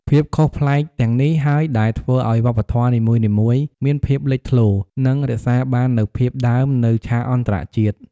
ភាពខុសប្លែកទាំងនេះហើយដែលធ្វើឲ្យវប្បធម៌នីមួយៗមានភាពលេចធ្លោ និងរក្សាបាននូវភាពដើមនៅក្នុងឆាកអន្តរជាតិ។